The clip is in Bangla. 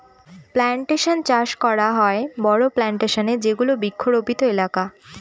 প্লানটেশন চাষ করা হয় বড়ো প্লানটেশনে যেগুলো বৃক্ষরোপিত এলাকা